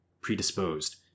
predisposed